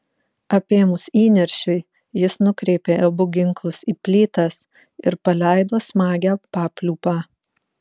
apėmus įniršiui jis nukreipė abu ginklus į plytas ir paleido smagią papliūpą